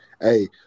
Hey